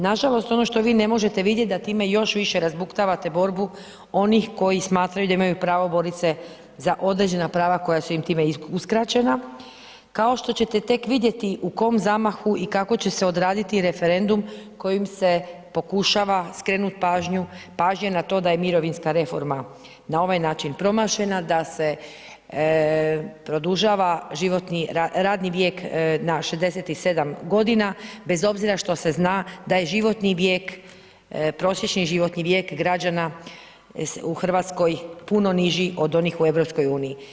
Nažalost, ono što vi ne možete vidjeti da time još više razbuktavate borbu onih koji smatraju da imaju pravo boriti se za određena prava koja su im time uskraćena, kao što ćete tek vidjeti u kom zamahu i kako će se odraditi referendum kojim se pokušava skrenuti pažnja na to da je mirovinska reforma na ovaj način promašena, da se produžava radni vijek na 67 godina, bez obzira što se zna da je životni vijek, prosječni životni vijek građana u Hrvatskoj puno niži od onih u EU.